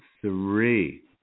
three